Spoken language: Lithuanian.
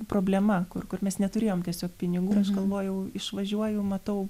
problema kur kur mes neturėjom tiesiog pinigų ir aš galvojau išvažiuoju matau